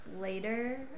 later